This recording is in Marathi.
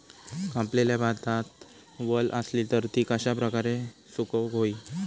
कापलेल्या भातात वल आसली तर ती कश्या प्रकारे सुकौक होई?